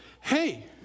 Hey